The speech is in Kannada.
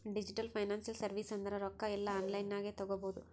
ಡಿಜಿಟಲ್ ಫೈನಾನ್ಸಿಯಲ್ ಸರ್ವೀಸ್ ಅಂದುರ್ ರೊಕ್ಕಾ ಎಲ್ಲಾ ಆನ್ಲೈನ್ ನಾಗೆ ತಗೋಬೋದು